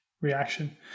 reaction